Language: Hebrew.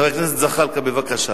חבר הכנסת זחאלקה, בבקשה.